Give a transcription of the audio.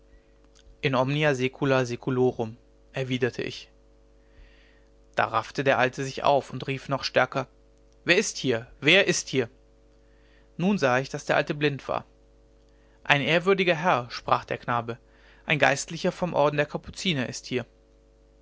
in omnia saecula saeculorum erwiderte ich da raffte der alte sich auf und rief noch stärker wer ist hier wer ist hier nun sah ich daß der alte blind war ein ehrwürdiger herr sprach der knabe ein geistlicher vom orden der kapuziner ist hier